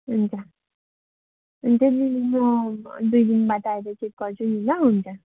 हुन्छ हुन्छ दिदी म दुई दिनबाद आएर चेक गर्छु नि ल हुन्छ